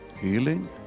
healing